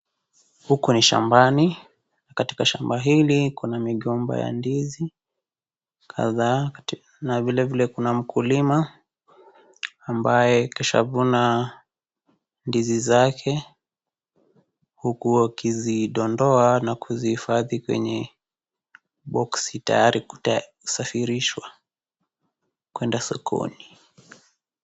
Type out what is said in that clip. Huku ni shambani, katika shamba hili kuna migomba ya ndizi kadhaa Kati na vile vile kuna mkulima, ambaye kashavuna ndizi zake, huku wakizidondoa na kuzihifadhi kwenye boksi tayari kute kusafirishwa. kwenda sokoni.